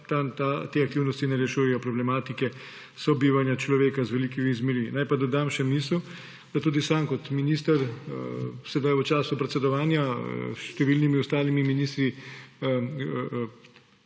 Te aktivnosti ne rešujejo problematike sobivanja človeka z velikimi zvermi. Naj pa dodam še misel, da se tudi sam kot minister v času predsedovanja s številnimi ostalimi ministri